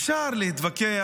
אפשר להתווכח,